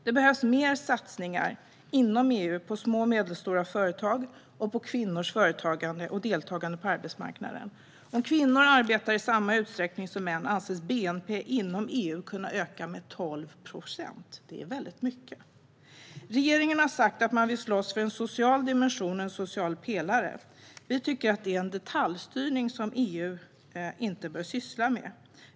Det behövs mer satsningar inom EU på små och medelstora företag och på kvinnors företagande och deltagande på arbetsmarknaden. Om kvinnor arbetar i samma utsträckning som män anses bnp inom EU kunna öka med 12 procent; det är väldigt mycket. Regeringen har sagt att man vill slåss för en social dimension och en social pelare. Vi tycker att det är detaljstyrning som EU inte bör syssla med.